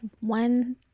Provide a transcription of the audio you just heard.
one